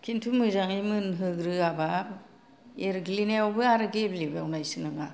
खिन्थु मोजाङै मोनहोग्रोआबा एरग्लिनायावबो गेब्लेबावनायसो नङा